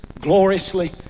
gloriously